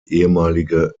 ehemalige